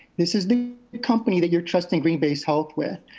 this is the company that you're trusting green bay's health with.